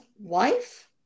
wife